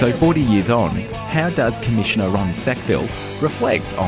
ah forty years on, how does commissioner ron sackville reflect on